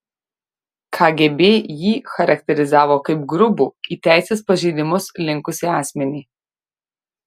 kgb jį charakterizavo kaip grubų į teisės pažeidimus linkusį asmenį